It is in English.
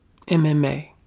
MMA